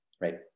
right